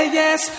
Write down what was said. yes